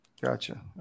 Gotcha